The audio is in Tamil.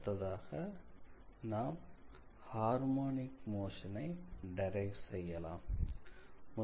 அடுத்ததாக நாம் ஹார்மோனிக் மோஷன் ஐ டிரைவ் செய்யலாம்